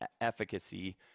efficacy